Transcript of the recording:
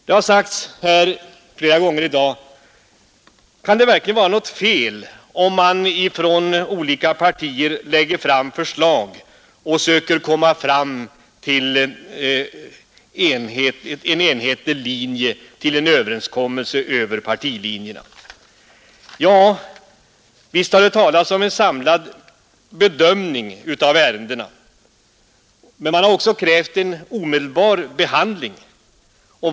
Det har frågats flera gånger i dag: Kan det verkligen vara något fel att olika partier lägger fram förslag och man sedan försöker komma fram till en enhetlig linje, till en överenskommelse över partigränserna? Ja visst har det talats om en samlad bedömning av ärendena. Men man har också krävt en omedelbar behandling.